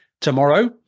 tomorrow